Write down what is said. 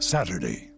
Saturday